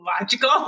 logical